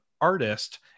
artist